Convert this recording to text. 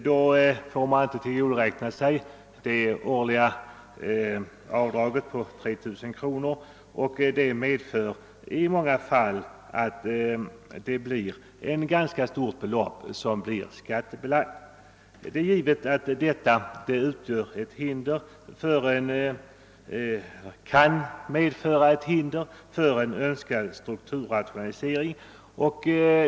Då får man inte tillgodoräkna sig det årliga avdraget på 3000 kronor, vilket i många fall medför att ett ganska stort belopp blir skattebelagt. Det är givet att detta kan medföra hinder för en önskad strukturrationalisering.